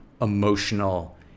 emotional